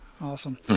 Awesome